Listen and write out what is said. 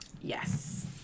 yes